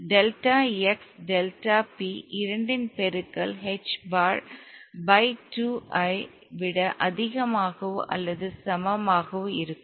delta x delta p இரண்டின் பெருக்கல் h bar pi 2 யை விட அதிகமாகவோ அல்லது சமமாகவோ இருக்கும்